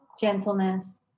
gentleness